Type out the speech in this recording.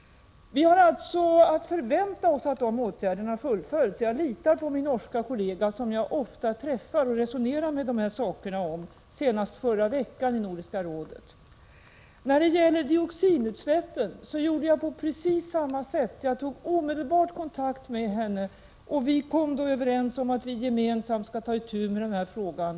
Vi har alltså att förvänta oss att dessa åtgärder fullföljs. Jag litar på min norska kollega, som jag ofta träffar och resonerar med om dessa frågor — senast förra veckan, i Nordiska rådet. När det gäller dioxinutsläppen gjorde jag på precis samma sätt. Jag tog omedelbart kontakt med miljöministern, och vi kom då överens om att vi gemensamt skall ta itu med den här frågan.